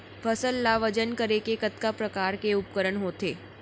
फसल ला वजन करे के कतका प्रकार के उपकरण होथे?